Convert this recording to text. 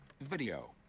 Video